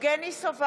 48